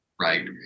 right